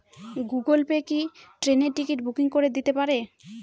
Google Pay কি ট্রেনের ticket booking করে দিতে পারে?